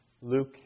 Luke